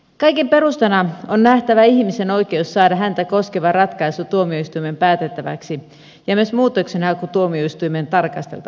kaiken perustana on nähtävä ihmisen oikeus saada häntä koskeva ratkaisu tuomioistuimen päätettäväksi ja myös muutoksenhaku tuomioistuimen tarkasteltavaksi